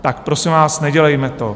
Tak prosím vás, nedělejme to!